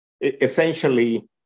essentially